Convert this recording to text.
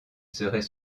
serait